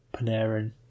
Panarin